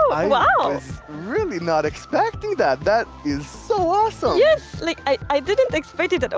i was really not expecting that. that is so awesome! yes! like i didn't expect it at